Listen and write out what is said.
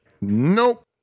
Nope